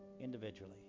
individually